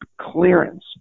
clearance